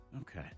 Okay